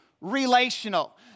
Relational